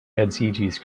edziĝis